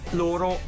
loro